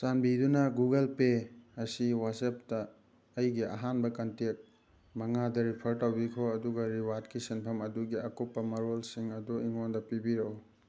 ꯆꯥꯟꯕꯤꯗꯨꯅ Google Pay ꯑꯁꯤ ꯋꯥꯆꯞꯇ ꯑꯩꯒꯤ ꯑꯍꯥꯟꯕ ꯀꯟꯇꯦꯛ ꯃꯉꯥꯗ ꯔꯤꯐꯔ ꯇꯧꯕꯤꯈꯣ ꯑꯗꯨꯒ ꯔꯤꯋꯥꯔꯠꯀꯤ ꯁꯦꯟꯐꯝ ꯑꯗꯨꯒꯤ ꯑꯀꯨꯞꯄ ꯃꯔꯣꯜꯁꯤꯡ ꯑꯗꯨ ꯑꯩꯉꯣꯟꯗ ꯄꯤꯕꯤꯔꯛꯎ